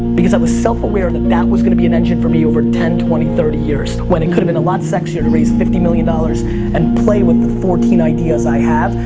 because i was self-aware that that was going to be an engine for me over ten, twenty, thirty years. when it could have been a lot sexier to raise fifty million dollars and play with the fourteen ideas i have.